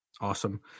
awesome